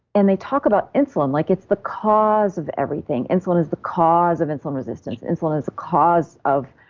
and they talk about insulin like it's the cause of everything. insulin is the cause of insulin resistance. insulin is the cause of